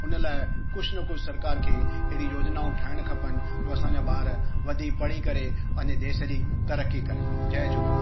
हुन लाइ कुझु न कुझु सरकार खे अहिड़ी योजनाऊं ठाहिणु खपनि जो असांजा ॿार वधी पढ़ी करे पंहिंजे देश जी तरकी करे जय झूलेलाल